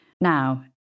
Now